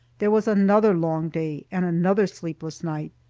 there was another long day, and another sleepless night,